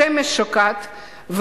השמש שוקעת,